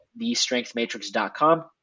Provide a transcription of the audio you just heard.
thestrengthmatrix.com